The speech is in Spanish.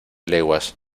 lenguas